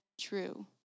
true